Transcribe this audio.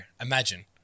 Imagine